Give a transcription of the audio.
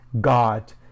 God